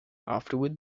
afterward